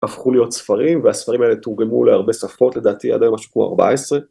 הפכו להיות ספרים והספרים האלה תורגמו להרבה שפות לדעתי עד היום משהו כמו ארבע עשרה...